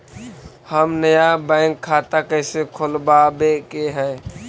हम नया बैंक खाता कैसे खोलबाबे के है?